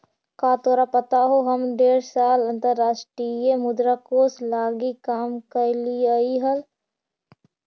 का तोरा पता हो हम ढेर साल अंतर्राष्ट्रीय मुद्रा कोश लागी काम कयलीअई हल